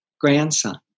grandson